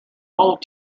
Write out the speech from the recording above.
bold